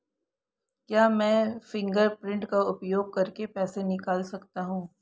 क्या मैं फ़िंगरप्रिंट का उपयोग करके पैसे निकाल सकता हूँ?